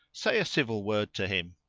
say a civil word to him!